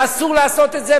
היה אסור לעשות את זה,